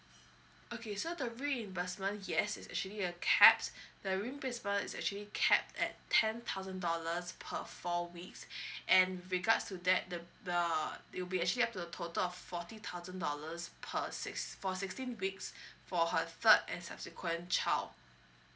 okay so the reimbursement yes is actually a caps the reimbursement is actually capped at ten thousand dollars per four weeks and regards to that the the it will be actually up to a total of forty thousand dollars per six for sixteen weeks for her third and subsequent child